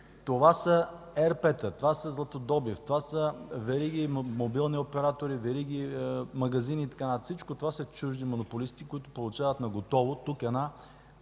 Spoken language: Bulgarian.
Това са ЕРП-та, това е златодобив, това са вериги мобилни оператори, вериги магазини и така нататък. Всичко това са чужди монополисти, които получават наготово тук една